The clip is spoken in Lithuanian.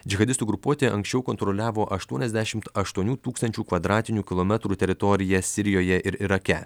džihadistų grupuotė anksčiau kontroliavo aštuoniasdešimt aštuonių tūkstančių kvadratinių kilometrų teritoriją sirijoje ir irake